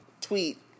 tweet